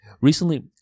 Recently